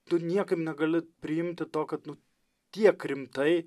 tu niekaip negali priimti to kad nu tiek rimtai